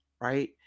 right